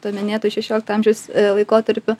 paminėto šešiolikto amžiaus laikotarpiu